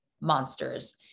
monsters